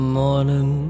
morning